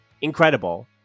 incredible